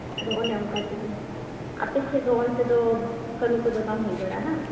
ᱟᱫᱚ ᱚᱱᱮ ᱚᱱᱠᱟ ᱛᱤᱜᱤ ᱟᱯᱮ ᱥᱮᱡ ᱫᱚ ᱚᱱᱛᱮ ᱫᱚ ᱠᱟᱹᱢᱤ ᱠᱚᱫᱚ ᱵᱟᱝ ᱦᱩᱭ ᱵᱟᱲᱟᱜᱼᱟ ᱵᱟᱝ